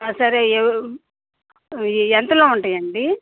సరే ఏ ఎంతలో ఉంటాయి అండి